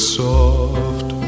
soft